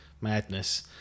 madness